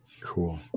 Cool